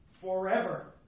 forever